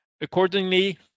Accordingly